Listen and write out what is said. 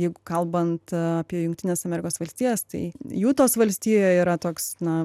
jeigu kalbant apie jungtines amerikos valstijas tai jutos valstijoje yra toks na